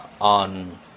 on